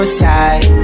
side